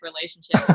relationship